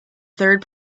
third